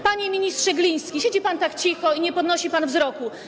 Panie ministrze Gliński, siedzi pan tak cicho i nie podnosi pan wzroku.